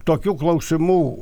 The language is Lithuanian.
tokių klausimų